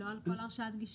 לא על כל הרשאת גישה.